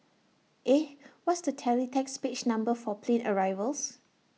eh what's the teletext page number for plane arrivals